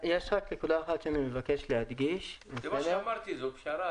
כפי שאמרתי, זה פשרה.